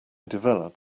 develop